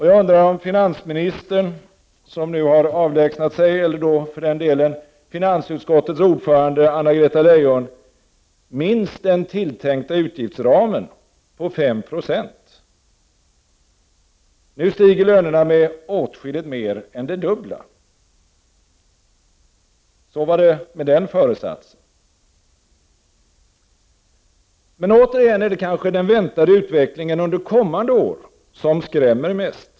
Jag undrar om finansministern, som nu har avlägsnat sig från kammaren, eller för den delen finansutskottets ordförande, Anna-Greta Leijon, minns den tilltänkta utgiftsramen på 5 26 — nu stiger lönerna med åtskilligt mer än det dubbla. Så var det med den föresatsen. Men återigenom är det kanske den väntade utvecklingen under kommande år som skrämmer mest.